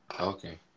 okay